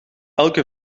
elke